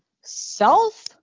self